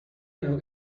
know